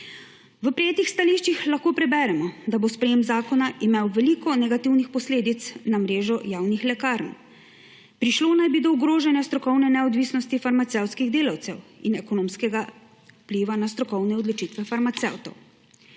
V prejetih stališčih lahko preberemo, da bo sprejetje zakona imelo veliko negativnih posledic na mrežo javnih lekarn. Prišlo naj bi do ogrožanja strokovne neodvisnosti farmacevtskih delavcev in ekonomskega vpliva na strokovne odločitve farmacevtov.